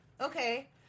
Okay